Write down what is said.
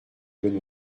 bon